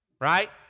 right